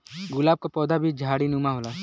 गुलाब क पौधा भी झाड़ीनुमा होला